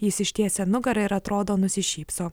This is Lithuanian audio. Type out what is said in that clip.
jis ištiesia nugarą ir atrodo nusišypso